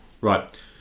Right